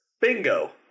Bingo